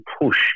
push